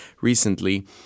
recently